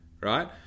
right